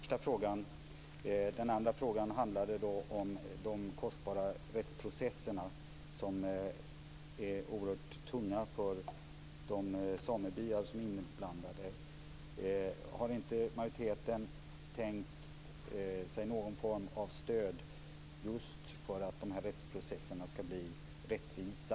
Fru talman! Det var svar på den första frågan. Den andra frågan handlade om de kostbara rättsprocesserna, som är oerhört tunga för de samebyar som är inblandade. Har inte majoriteten tänkt sig någon form av stöd just för att de här rättsprocesserna ska bli rättvisa?